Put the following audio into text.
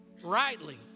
rightly